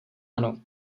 ano